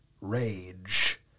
rage